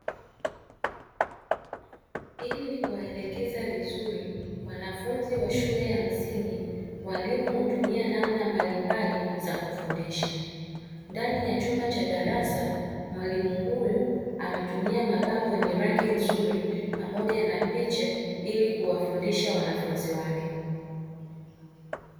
Ili kuwaelekeza vizuri wanafunzi wa shule ya msingi walimu hutumia namna mbalimbali za kufundisha. Ndani ya chumba cha darasa mwalimu huyu ametumia mabango yenye rangi nzuri pamoja na picha ili kuwafundisha wanafunzi wake.